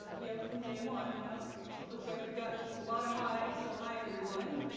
yep from day one, yep, so it looks like we got just a lot of high so hi everyone